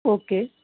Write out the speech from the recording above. okay